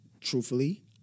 truthfully